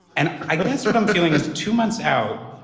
and i guess what i'm feeling is two months out,